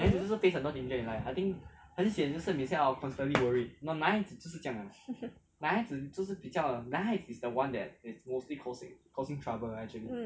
mm mm